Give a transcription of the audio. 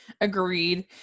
agreed